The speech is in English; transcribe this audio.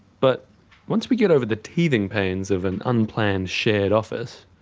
but once we get over the teething pains of an unplanned shared office,